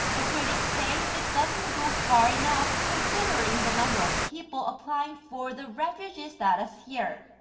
but critics say that doesn't go far enough, considering the number of people applying for the refugee status here.